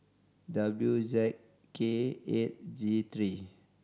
W Z K eight G three